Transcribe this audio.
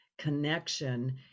connection